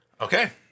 Okay